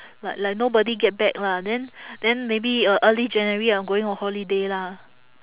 li~ like nobody get back lah then then maybe uh early january I'm going on holiday lah